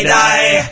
die